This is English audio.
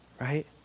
right